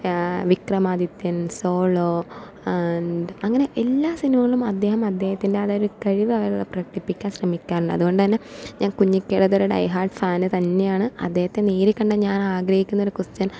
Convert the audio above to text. Vikramadithyan Solo and അങ്ങനെ എല്ലാ സിനിമകളിലും അദ്ദേഹം അദ്ദേഹത്തിൻ്റെതായൊരു കഴിവ് പ്രകടിപ്പിക്കാൻ ശ്രമിക്കാറുണ്ട് അതുകൊണ്ടുതന്നെ ഞാൻ കുഞ്ഞിക്കേടെയൊരു ഡൈഹേർട് ഫാന് തന്നെ ആണ് അദ്ദേഹത്തെ നേരിൽകണ്ടാൽ ഞാൻ ആഗ്രഹിക്കുന്നൊരു കൊസ്ട്യൻ